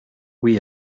oui